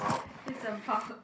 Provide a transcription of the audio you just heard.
it's about